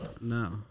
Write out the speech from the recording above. No